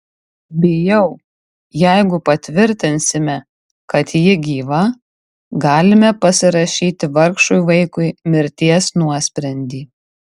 bijau jeigu patvirtinsime kad ji gyva galime pasirašyti vargšui vaikui mirties nuosprendį